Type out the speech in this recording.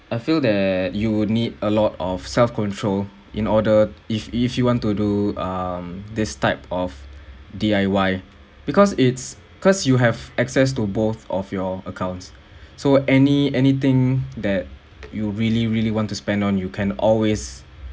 I feel that you would need a lot of self control in order if if you want to do um this type of D_I_Y because it's cause you have access to both of your accounts so any anything that you really really want to spend on you can always